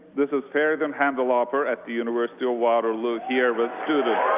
this is feridun hamdullahpur at the university of waterloo, here with students.